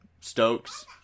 Stokes